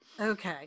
Okay